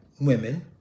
women